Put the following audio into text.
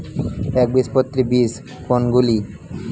একবীজপত্রী বীজ কোন গুলি?